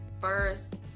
first